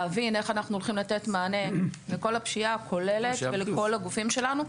להבין איך אנחנו הולכים לתת מענה לכל הפשיעה הכוללת ולכל הגופים שלנו,